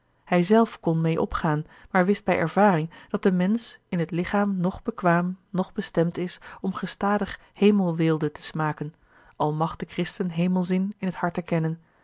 hij zelf kon meê opgaan maar wist bij ervaring dat de mensch in het lichaam noch bekwaam noch bestemd is om gestadig hemelweelde te smaken al mag de christen hemelzin in het harte kennen